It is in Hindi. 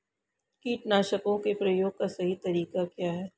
कीटनाशकों के प्रयोग का सही तरीका क्या है?